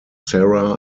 sara